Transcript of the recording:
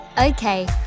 Okay